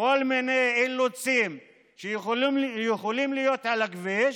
וכל מיני אילוצים שיכולים להיות על הכביש,